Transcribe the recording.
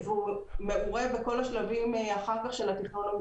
והוא מעורה בכל השלבים המפורטים של התכנון.